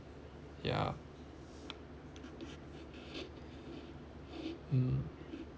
yeah mm